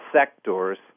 sectors